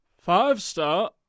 Five-star